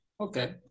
okay